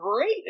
great